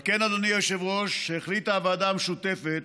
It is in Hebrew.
על כן, אדוני היושב-ראש, החליטה הוועדה המשותפת